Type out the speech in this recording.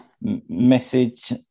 message